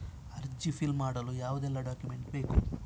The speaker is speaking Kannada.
ಅರ್ಜಿ ಫಿಲ್ ಮಾಡಲು ಯಾವುದೆಲ್ಲ ಡಾಕ್ಯುಮೆಂಟ್ ಬೇಕು?